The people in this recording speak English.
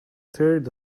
third